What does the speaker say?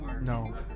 No